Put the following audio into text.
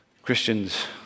Christians